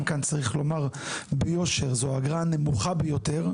גם כאן צריך לומר ביושר, זו האגרה הנמוכה ביותר.